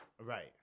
Right